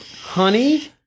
honey